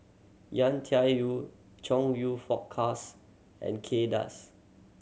Yau Tian Yau Chong You Fook Charles and Kay Das